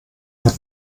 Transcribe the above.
hat